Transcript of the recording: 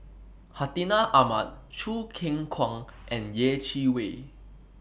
Hartinah Ahmad Choo Keng Kwang and Yeh Chi Wei